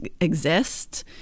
exist